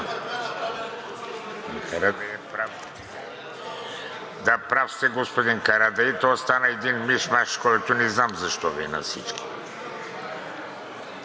Да, прав сте господин Карадайъ и то стана един миш-маш, който не знам защо Ви е на всички.